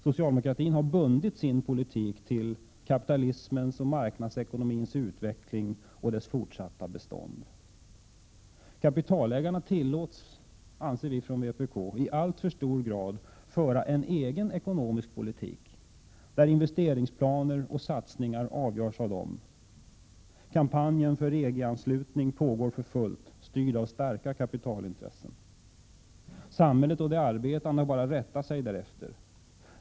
Secialdemokratin har bundit sin politik till kapitalismens och marknadsekonomins utveckling och dess fortsatta bestånd. Kapitalägarna tillåts att i alltför hög grad föra en egen ekonomisk politik, där investeringsplaner och satsningar avgörs av dem. Kampanjen för EG-anslutning pågår för fullt, styrd av starka kapitalintressen. Samhället och de arbetande har bara att rätta sig därefter.